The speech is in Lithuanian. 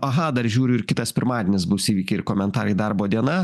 aha dar žiūriu ir kitas pirmadienis bus įvykiai ir komentarai darbo diena